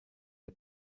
der